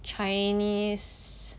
chinese